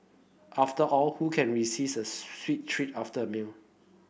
after all who can resist a sweet treat after a meal